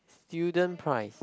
student price